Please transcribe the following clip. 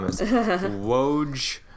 Woj